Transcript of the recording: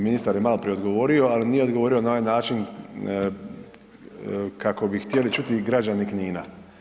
Ministar je maloprije odgovorio, ali nije odgovorio na onaj način kako bi htjeli čuti građani Knina.